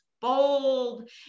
bold